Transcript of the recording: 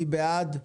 מי בעד?